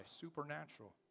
supernatural